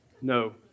No